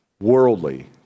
worldly